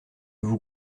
vous